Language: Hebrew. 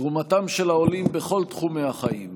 תרומתם של העולים בכל תחומי החיים,